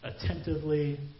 Attentively